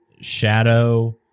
shadow